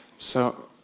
so.